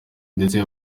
ndetse